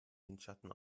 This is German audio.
windschatten